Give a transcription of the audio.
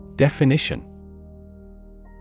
Definition